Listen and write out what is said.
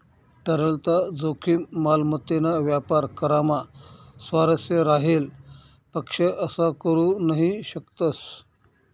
तरलता जोखीम, मालमत्तेना व्यापार करामा स्वारस्य राहेल पक्ष असा करू नही शकतस